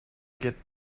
get